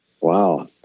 Wow